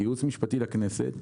כייעוץ משפטי של הכנסת,